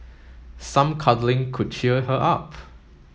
some cuddling could cheer her up